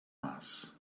mass